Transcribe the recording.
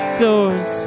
doors